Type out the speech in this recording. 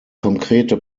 konkrete